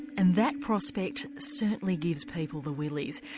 and that prospect certainly gives people the willies.